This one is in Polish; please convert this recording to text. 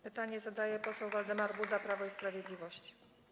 Pytanie zadaje poseł Waldemar Buda, Prawo i Sprawiedliwość.